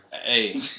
Hey